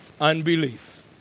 unbelief